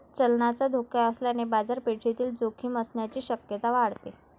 चलनाचा धोका असल्याने बाजारपेठेतील जोखीम असण्याची शक्यता वाढते